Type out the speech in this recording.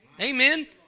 Amen